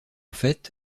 fait